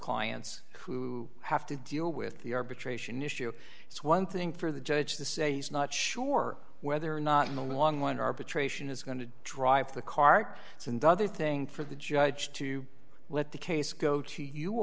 clients who have to deal with the arbitration issue it's one thing for the judge to say he's not sure whether or not in the long one arbitration is going to drive the cart it's another thing for the judge to let the case go to you